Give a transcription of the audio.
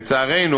לצערנו,